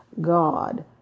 God